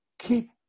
Keep